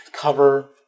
cover